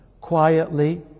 quietly